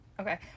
Okay